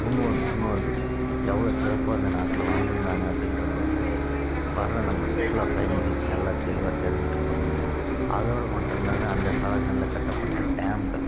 முன்னோர்கள் எவ்வளோ சிறப்பாக இந்த நாட்டில் வாழ்ந்திருந்தாங்க அப்படின்றது வந்து வர்ற நம்ம சுற்றுலா பயணிகள் நல்ல தெளிவாக தெரிஞ்சுட்டு போகிறாங்க அதோடு மட்டுமில்லாது அந்த காலங்களில் கட்டப்பட்ட டேம்கள்